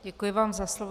Děkuji vám za slovo.